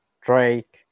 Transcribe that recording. Drake